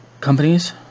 companies